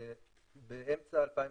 באמצע 2021,